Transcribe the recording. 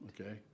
Okay